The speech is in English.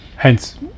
Hence